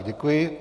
Děkuji.